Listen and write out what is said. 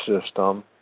system